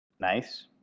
Nice